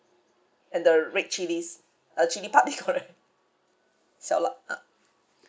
and the red chilis uh chili padi correct xiao la ah